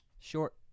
Short